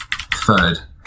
third